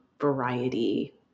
variety